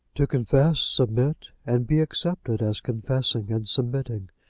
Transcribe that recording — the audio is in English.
to confess, submit, and be accepted as confessing and submitting,